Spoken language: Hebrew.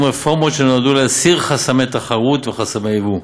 רפורמות שנועדו להסיר חסמי תחרות וחסמי ייבוא,